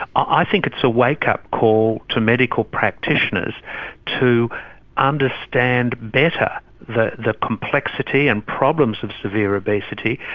i think it's a wake-up call to medical practitioners to understand better the the complexity and problems of severe obesity,